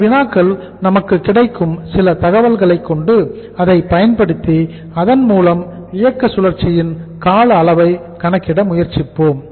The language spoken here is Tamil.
இந்த வினாக்கள் நமக்கு கிடைக்கும் சில தகவல்களை கொண்டு அதை பயன்படுத்தி அதன் மூலம் இயக்க சுழற்சியின் கால அளவை கணக்கிட முயற்சிப்போம்